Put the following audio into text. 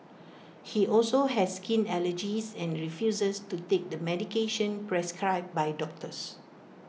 he also has skin allergies and refuses to take the medication prescribed by doctors